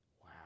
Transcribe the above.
Wow